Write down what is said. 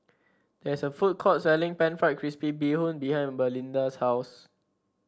there is a food court selling pan fried crispy Bee Hoon behind Belinda's house